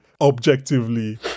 objectively